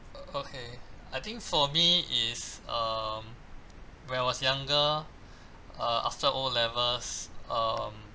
o~ okay I think for me is um when I was younger uh after o levels um